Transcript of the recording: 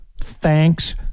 thanks